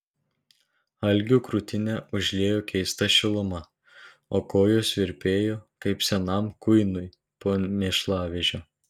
algio krūtinę užliejo keista šiluma o kojos virpėjo kaip senam kuinui po mėšlavežio